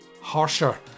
harsher